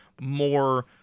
more